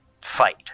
fight